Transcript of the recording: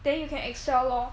then you can excel lor